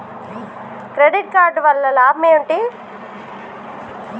Credit card వల్ల లాభం ఏంటి?